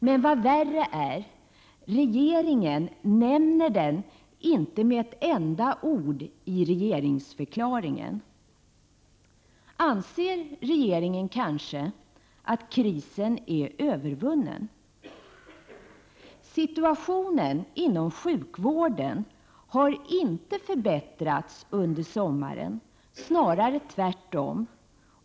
Men vad värre är: regeringen nämner den inte med ett enda ord i regeringsförklaringen. Anser regeringen kanske att krisen är övervunnen? Situationen inom sjukvården har inte förbättrats under sommaren, snarare tvärtom.